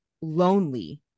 lonely